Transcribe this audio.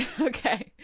Okay